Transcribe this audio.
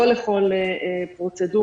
לא לכל פרוצדורה.